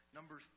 Number